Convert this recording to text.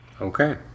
Okay